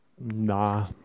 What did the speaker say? Nah